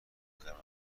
قرمز